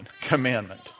commandment